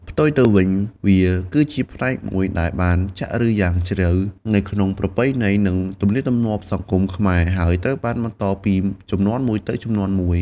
ផ្ទុយទៅវិញ វាគឺជាផ្នែកមួយដែលបានចាក់ឫសយ៉ាងជ្រៅនៅក្នុងប្រពៃណី និងទំនៀមទម្លាប់សង្គមខ្មែរ ហើយត្រូវបានបន្តពីជំនាន់មួយទៅជំនាន់មួយ។